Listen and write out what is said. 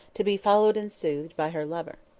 to be followed and soothed by her lover.